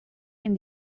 and